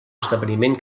esdeveniment